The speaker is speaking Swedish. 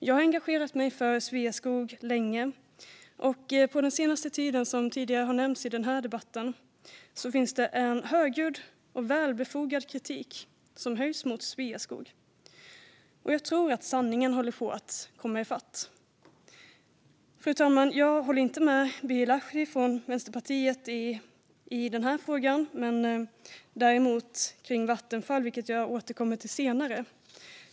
Jag har engagerat mig för Sveaskog länge, och den senaste tiden, vilket har nämnts i debatten, har det funnits en högljudd men välbefogad kritik som höjts mot Sveaskog. Jag tror att sanningen håller på att komma i fatt. Fru talman! Jag håller inte med Birger Lahti från Vänsterpartiet i den här frågan men däremot i frågan om Vattenfall, vilken jag återkommer till senare.